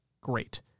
great